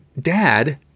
dad